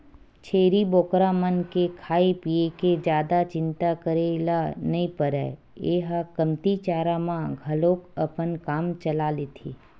छेरी बोकरा मन के खाए पिए के जादा चिंता करे ल नइ परय ए ह कमती चारा म घलोक अपन काम चला लेथे